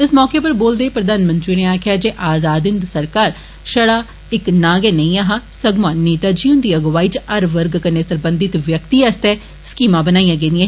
इस मौके उप्पर बोलदे होई प्रधानमंत्री होरें आक्खेआ जे आज़ाद हिन्द सरकार छड़ा इक नां गै नेईं ऐहा सगुआ नेता जी हुन्दी अगुवाई च हर वर्गे कन्नै सरबंधित व्यक्ति आस्तै स्कीमां बनाइयां गेइया